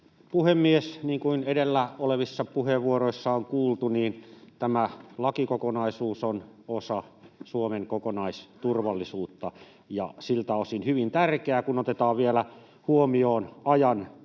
puhemies! Niin kuin edellä olevissa puheenvuoroissa on kuultu, tämä lakikokonaisuus on osa Suomen kokonaisturvallisuutta ja siltä osin hyvin tärkeä, kun otetaan vielä huomioon ajan